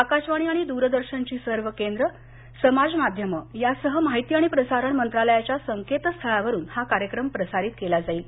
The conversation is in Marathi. आकाशवाणी आणि द्रदर्शनची सर्व केंद्रं समाज माध्यमं यासह माहिती आणि प्रसारण मंत्रालयाच्या संकेतस्थळावरुन हा कार्यक्रम प्रसारित होईल